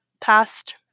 past